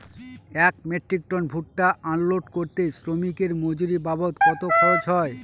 এক metric ton ভুট্টা unload করতে শ্রমিকের মজুরি বাবদ কত খরচ হয়?